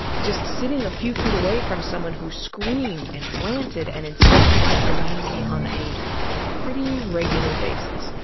just sitting a few feet away from someone who screamed and ranted and insulted and demeaned me on a pretty regular basis.